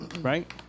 right